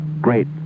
Great